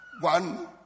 One